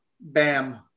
bam